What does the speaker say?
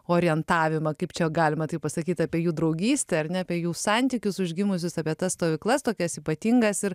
orientavimą kaip čia galima taip pasakyt apie jų draugystę ar ne apie jų santykius užgimusius apie tas stovyklas tokias ypatingas ir